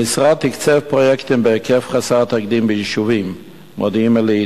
המשרד תקצב פרויקטים בהיקף חסר תקדים ביישובים מודיעין-עילית,